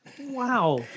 Wow